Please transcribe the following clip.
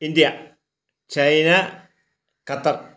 India China Qatar